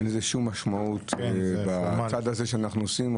אין שום משמעות לצעד הזה שאנחנו עושים.